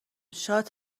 شاد